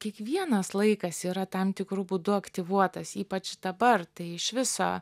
kiekvienas laikas yra tam tikru būdu aktyvuotas ypač dabar tai iš viso